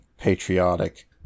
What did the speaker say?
patriotic